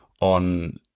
on